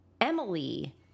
Emily